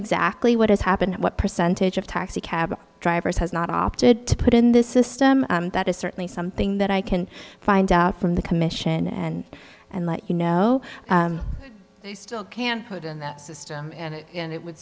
exactly what has happened what percentage of taxicab drivers has not opted to put in this system that is certainly something that i can find out from the commission and and let you know they still can put in that system and it would